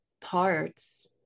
parts